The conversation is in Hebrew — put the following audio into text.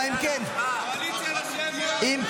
מיכאל, תעצור רגע ותקשיב לי.